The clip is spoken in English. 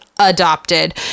adopted